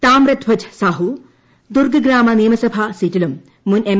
താമ്രധ്വജ് സാഹു ദുർഗ്ഗ്ഗാമ നിയമസഭാ സീറ്റിലും മുൻ എം